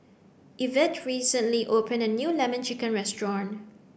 Evette recently opened a new Lemon Chicken restaurant